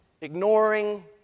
ignoring